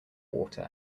water